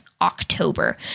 October